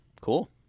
cool